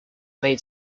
made